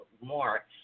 more